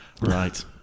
Right